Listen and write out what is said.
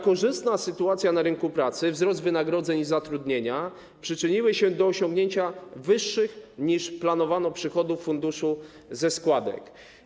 Korzystna sytuacja na rynku pracy, wzrost wynagrodzeń i zatrudnienia, przyczyniła się do osiągnięcia wyższych niż planowano przychodów funduszu ze składek.